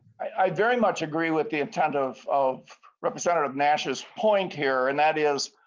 i very much agree with the intent of of representative nash's point here and that is.